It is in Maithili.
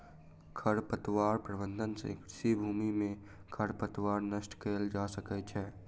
खरपतवार प्रबंधन सँ कृषि भूमि में खरपतवार नष्ट कएल जा सकै छै